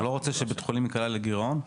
לא רוצה שבית חולים ייקלע לגירעון?